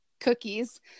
cookies